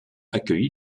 accueilli